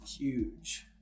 Huge